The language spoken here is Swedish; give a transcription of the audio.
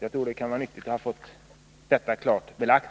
Jag tror att det kan vara nyttigt att detta blev klart belagt.